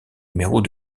numéros